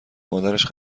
مادرش